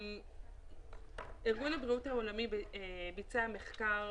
ארגון הבריאות העולמי ביצע מחקר